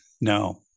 No